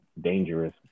dangerous